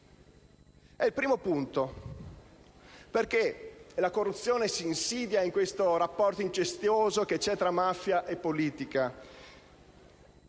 È il primo punto, perché la corruzione si insidia nel rapporto incestuoso esistente tra mafia e politica.